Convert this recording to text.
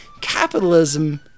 capitalism